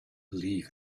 believe